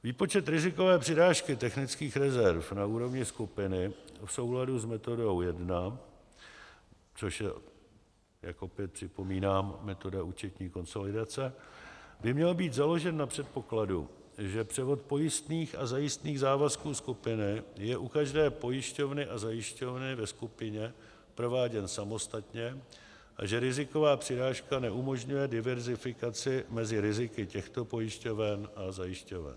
Výpočet rizikové přirážky technických rezerv na úrovni skupiny v souladu s metodou jedna, což je, jak opět připomínám, metoda účetní konsolidace, by měl být založen na předpokladu, že převod pojistných a zajistných závazků skupiny je u každé pojišťovny a zajišťovny ve skupině prováděn samostatně a že riziková přirážka neumožňuje diverzifikaci mezi riziky těchto pojišťoven a zajišťoven.